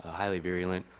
highly virulent.